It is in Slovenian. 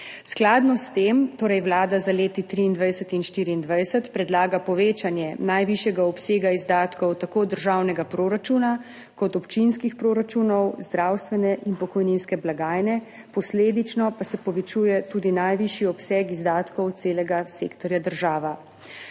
Skladno s tem torej Vlada za leti 2023 in 2024 predlaga povečanje najvišjega obsega izdatkov tako državnega proračuna kot občinskih proračunov, zdravstvene in pokojninske blagajne, posledično pa se povečuje tudi najvišji obseg izdatkov celega sektorja država.